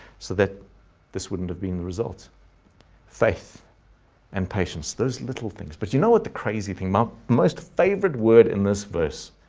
so that this wouldn't have been faith and patience, those little things. but you know what the crazy thing, my most favorite word in this verse.